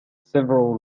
several